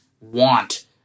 want